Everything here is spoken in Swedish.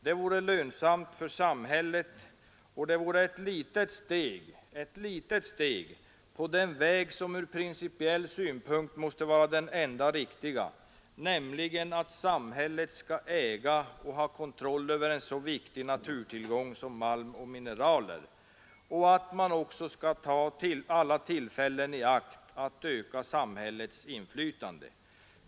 Det vore lönsamt för samhället och ett litet steg på den väg som ur principiell synpunkt måste vara den enda riktiga, nämligen att samhället skall äga och ha kontroll över en så viktig naturtillgång som malm och mineraler och att man skall ta alla tillfällen i akt att öka samhällets inflytande.